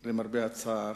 למרבה הצער,